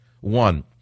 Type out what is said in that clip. One